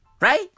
right